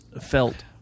Felt